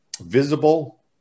visible